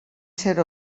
ser